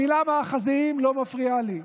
המילה "מאחזים" לא מפריעה לי.